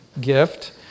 gift